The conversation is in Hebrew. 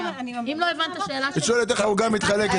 היא שואלת איך העוגה מתחלקת,